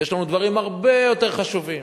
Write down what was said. יש לנו דברים הרבה יותר חשובים,